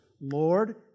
Lord